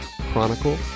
Chronicle